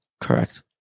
Correct